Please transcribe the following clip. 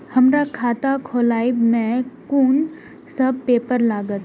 हमरा खाता खोलाबई में कुन सब पेपर लागत?